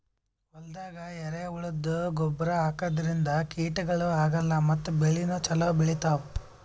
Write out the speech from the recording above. ಹೊಲ್ದಾಗ ಎರೆಹುಳದ್ದು ಗೊಬ್ಬರ್ ಹಾಕದ್ರಿನ್ದ ಕೀಟಗಳು ಆಗಲ್ಲ ಮತ್ತ್ ಬೆಳಿನೂ ಛಲೋ ಬೆಳಿತಾವ್